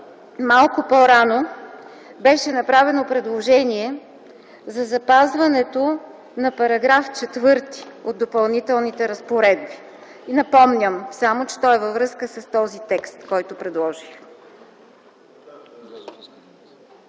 Малко по-рано беше направено предложение за запазването на § 4 от Допълнителни разпоредби. Напомням само, че то е във връзка с този текст, който предложих.